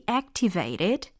activated